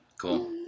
cool